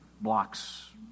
blocks